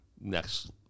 next